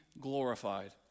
glorified